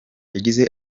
yagize